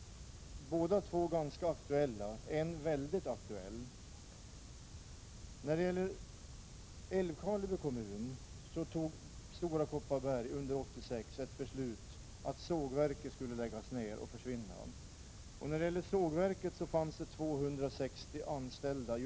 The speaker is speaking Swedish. — båda två ganska aktuella, en mycket aktuell. Vad beträffar Älvkarleby kommun beslöt Stora Kopparberg under 1986 att sågverket skulle försvinna. Vid sågverket fanns det just då 260 anställda.